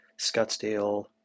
Scottsdale